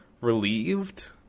relieved